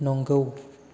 नंगौ